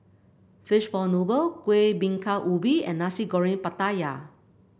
Fishball Noodle Kuih Bingka Ubi and Nasi Goreng Pattaya